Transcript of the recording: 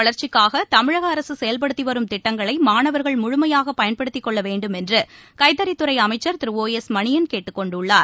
வளர்ச்சிக்காகதமிழகஅரசுசெயல்படுத்திவரும் கல்வித்துறையின் திட்டங்களைமாணவர்கள் முழுமையாகபயன்படுத்திக் கொள்ளவேண்டும் என்றுகைத்தறித் துறைஅமைச்சர் திரு ஓ எஸ் மணியள் கேட்டுக் கொண்டுள்ளார்